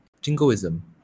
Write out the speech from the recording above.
jingoism